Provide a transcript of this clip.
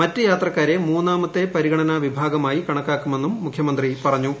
മറ്റു യാത്രക്കാരെ മൂന്നാമത്തെ പരി ഗണനാ വിഭാഗമായി കണക്കാക്കുമെന്നും മുകൃമന്ത്രി പറഞ്ഞു